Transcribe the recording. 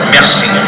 Merci